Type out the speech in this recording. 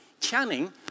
Channing